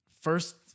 First